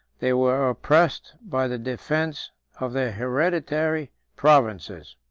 they were oppressed by the defence of their hereditary provinces.